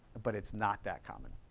but it's not that common.